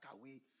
away